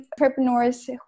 entrepreneurs